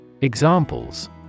Examples